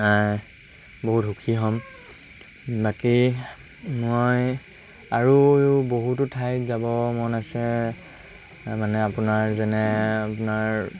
বহুত সুখী হ'ম বাকী মই আৰু বহুতো ঠাইত যাব মন আছে মানে আপোনাৰ যেনে আপোনাৰ